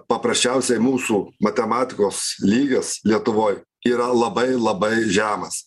paprasčiausiai mūsų matematikos lygis lietuvoj yra labai labai žemas